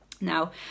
Now